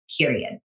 period